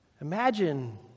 Imagine